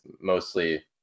mostly